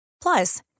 Plus